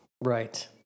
Right